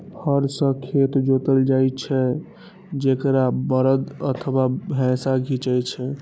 हर सं खेत जोतल जाइ छै, जेकरा बरद अथवा भैंसा खींचै छै